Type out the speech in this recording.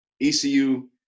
ECU